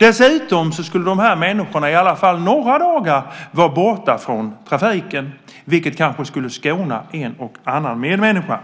Dessutom skulle de här människorna i alla fall några dagar vara borta från trafiken, vilket kanske skulle skona en och annan medmänniska.